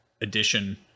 edition